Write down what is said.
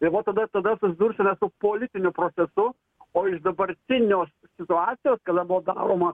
ir va tada tada susidursime politiniu procesu o iš dabartinio situacijos kada buvo daroma